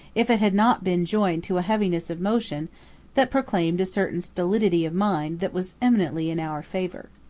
if it had not been joined to a heaviness of motion that proclaimed a certain stolidity of mind that was eminently in our favor.